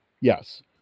Yes